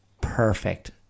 perfect